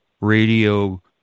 Radio